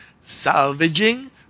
Salvaging